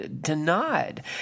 denied